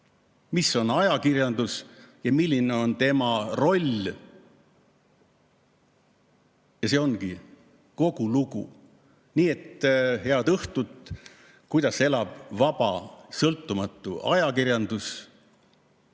mis on ajakirjandus ja milline on tema roll. See ongi kogu lugu. Nii et head õhtut! Kuidas elab vaba sõltumatu ajakirjandus?